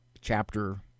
chapter